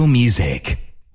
Music